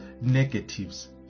negatives